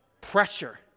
pressure